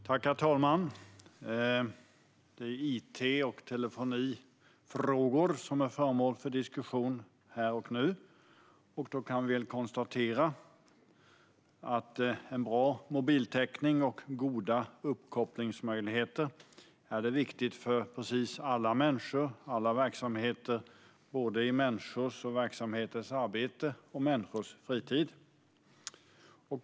Herr talman! Det är it och telefonifrågor som är föremål för diskussion här och nu. Då kan vi konstatera att en bra mobiltäckning och goda uppkopplingsmöjligheter är viktigt för precis alla människor och alla verksamheter, både i människors och verksamheters arbete och i människors fritid.